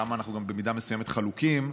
ששם במידה מסוימת אנחנו חלוקים,